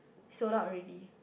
sold out already